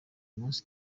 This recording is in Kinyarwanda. munsi